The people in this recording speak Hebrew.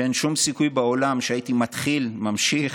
שאין שום סיכוי בעולם שהייתי מתחיל, ממשיך,